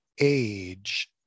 age